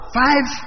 five